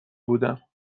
بودم